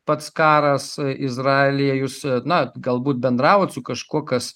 pats karas izraelyje jūs na galbūt bendravot su kažkuo kas